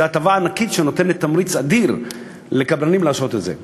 וזו הטבה ענקית שנותנת תמריץ אדיר לקבלנים לעשות את זה.